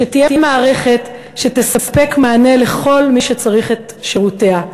שתהיה מערכת שתספק מענה לכל מי שצריך את שירותיה.